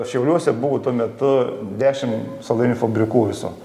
šiauliuose buvo tuo metu dešim saldainių fabrikų viso